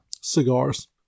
cigars